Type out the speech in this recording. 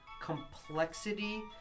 complexity